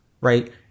right